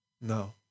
No